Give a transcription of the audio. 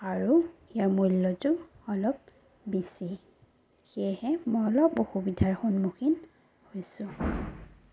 আৰু ইয়াৰ মূল্যটো অলপ বেছি সেয়েহে মই অলপ অসুবিধাৰ সন্মুখীন হৈছোঁ